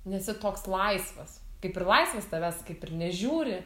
nesi toks laisvas kaip ir laisvas tavęs kaip ir nežiūri